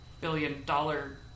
billion-dollar